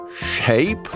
shape